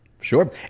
Sure